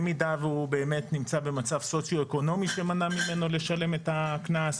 אם הם נמצאים באמת במצב סוציו-אקונומי שמנע מהם לשלם את הקנס,